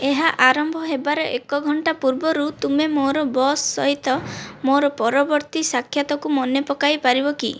ଏହା ଆରମ୍ଭ ହେବାର ଏକ ଘଣ୍ଟା ପୂର୍ବରୁ ତୁମେ ମୋର ବସ୍ ସହିତ ମୋର ପରବର୍ତ୍ତୀ ସାକ୍ଷାତକୁ ମନେ ପକାଇ ପାରିବ କି